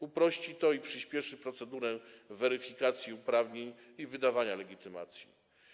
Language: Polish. Uprości to i przyspieszy procedurę weryfikacji uprawnień i wydawania legitymacji.